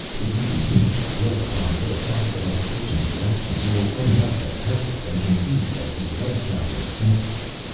if you continue to dwell upon the philosophical implications of your actions you will end up as helpless and confused as the leg-counting centipede.